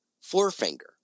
forefinger